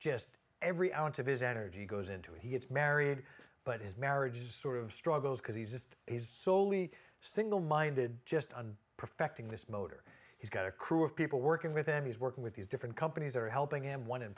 his energy goes into it he gets married but his marriage sort of struggles because he's just he's slowly singleminded just on perfecting this motor he's got a crew of people working with him he's working with these different companies that are helping him one in